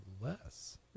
less